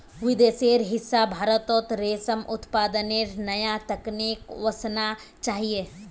विदेशेर हिस्सा भारतत रेशम उत्पादनेर नया तकनीक वसना चाहिए